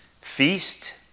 feast